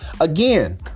again